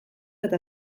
eta